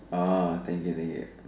ah thank you thank you